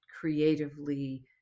creatively